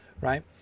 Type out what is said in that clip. right